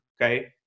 okay